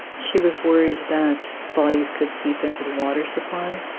she was worried that bodies could seep into the water supply.